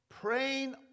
Praying